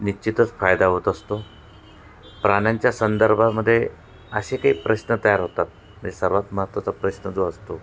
निश्चितच फायदा होत असतो प्राण्यांच्या संदर्भामध्ये असे काही प्रश्न तयार होतात म्हणजे सर्वात महत्वाचा प्रश्न जो असतो